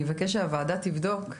אני אבקש שהוועדה תבדוק,